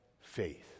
faith